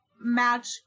match